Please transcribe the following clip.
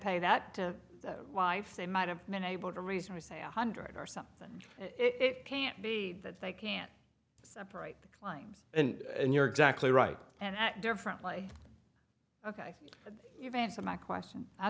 pay that to the wife they might have been able to reason or say one hundred or something it can't be that they can't separate the lines and you're exactly right and that differently ok you've answered my question i